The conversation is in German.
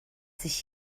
sich